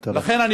לכן,